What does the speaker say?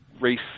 race